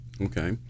Okay